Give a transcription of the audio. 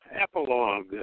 epilogue